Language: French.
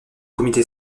comité